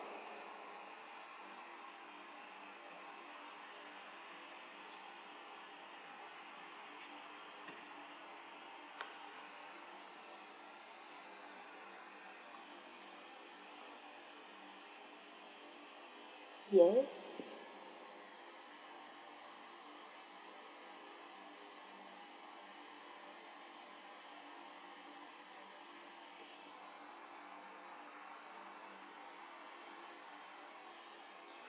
yes